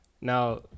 Now